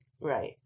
Right